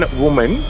woman